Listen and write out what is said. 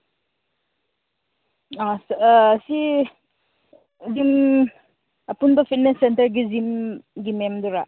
ꯑꯥ ꯁꯤ ꯖꯤꯝ ꯑꯄꯨꯟꯕ ꯐꯤꯠꯅꯦꯁ ꯁꯦꯟꯇꯔꯒꯤ ꯖꯤꯝꯒꯤ ꯃꯦꯝꯗꯨꯔꯥ